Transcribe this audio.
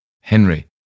Henry